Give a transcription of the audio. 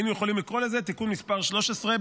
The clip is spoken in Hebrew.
היינו יכולים לקרוא לזה "תיקון מס' 13",